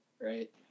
right